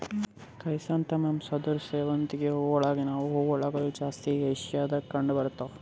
chrysanthemums ಅಂದುರ್ ಸೇವಂತಿಗೆ ಹೂವುಗೊಳ್ ಇವು ಹೂಗೊಳ್ ಜಾಸ್ತಿ ಏಷ್ಯಾದಾಗ್ ಕಂಡ್ ಬರ್ತಾವ್